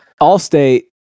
Allstate